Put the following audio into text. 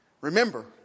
Remember